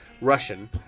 Russian